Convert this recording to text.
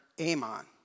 Amon